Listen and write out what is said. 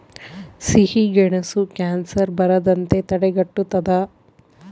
ಸಿಹಿಗೆಣಸು ಕ್ಯಾನ್ಸರ್ ಬರದಂತೆ ತಡೆಗಟ್ಟುತದ